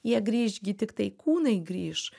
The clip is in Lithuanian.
jie grįš gi tiktai kūnai grįš